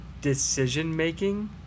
decision-making